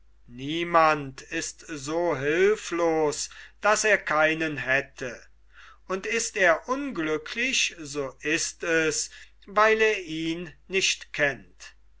niemand ist so hülflos daß er keinen hätte und ist er unglücklich so ist es weil er ihn nicht kennt